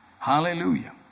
Hallelujah